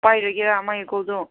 ꯄꯥꯏꯔꯒꯦꯔꯥ ꯃꯥꯒꯤ ꯀꯣꯜꯗꯨ